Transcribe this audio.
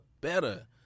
better